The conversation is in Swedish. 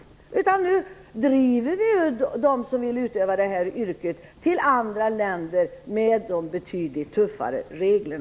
I stället driver vi nu dem som vill utöva detta yrke till andra länder med deras betydligt tuffare regler.